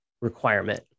requirement